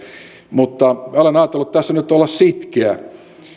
mutta olen ajatellut tässä nyt olla sitkeä